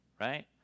right